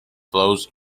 flows